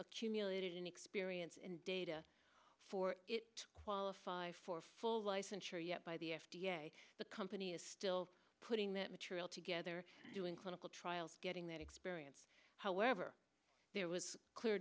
accumulated experience in data for it to qualify for full licensure yet by the f d a the company is still putting that material together in clinical trials getting that experience however there was a clear